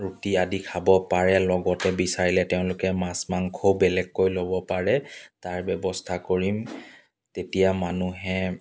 ৰুটি আদি খাব পাৰে লগতে বিচাৰিলে তেওঁলোকে মাছ মাংসও বেলেগকৈ ল'ব পাৰে তাৰ ব্যৱস্থা কৰিম তেতিয়া মানুহে